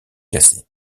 cassées